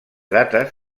dates